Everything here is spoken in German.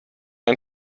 ein